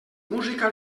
música